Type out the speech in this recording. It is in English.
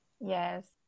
Yes